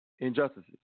Injustices